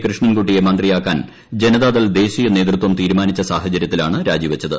കൃഷ്ണൻകുട്ടിയെ മന്ത്രിയാക്കാൻ ജനതാദൾ ദേശീയ നേതൃത്വം തീരുമാനിച്ച സാഹചര്യത്തിലാണ് രാജിവച്ചത്